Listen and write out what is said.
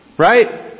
Right